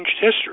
history